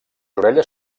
orelles